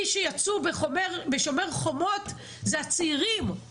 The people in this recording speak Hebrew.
מי שיצאו בשומר חומות זה הצעירים, אוקיי?